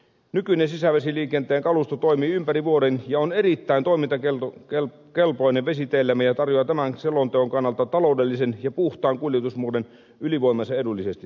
nykyinen sisävesiliikenteen kalusto toimii ympäri vuoden ja on erittäin toimintakelpoinen vesiteillämme ja tarjoaa tämän selonteon kannalta taloudellisen ja puhtaan kuljetusmuodon ylivoimaisen edullisesti